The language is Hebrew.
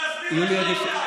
לא הסתייגות שלנו.